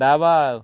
दाबाळ